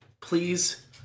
please